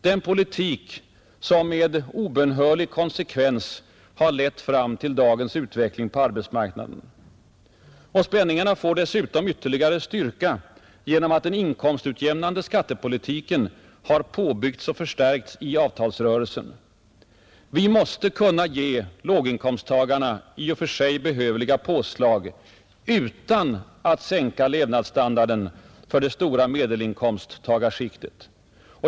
Den politik som med obönhörlig konsekvens lett fram till dagens utveckling på arbetsmarknaden. Spänningarna får dessutom ytterligare styrka genom att den inkomstutjämnande skattepolitiken påbyggts och förstärkts i avtalsrörelsen. Vi måste kunna ge låginkomsttagarna i och för sig behövliga påslag utan att sänka levnadsstandarden för det stora medelinkomsttagarskiktet.